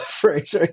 phrase